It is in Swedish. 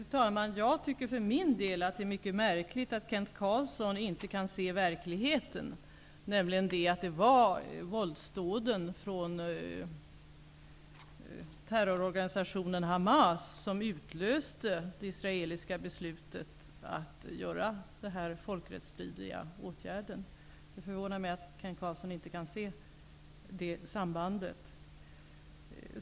Fru talman! För min del tycker jag att det är mycket märkligt att Kent Carlsson inte kan se verkligheten som den är, nämligen att det var terrororganisationen Hamas våldsdåd som utlöste det israeliska beslutet att vidta den folkrättsstridiga åtgärden. Det förvånar mig att Kent Carlsson inte kan se detta samband.